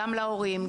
גם להורים,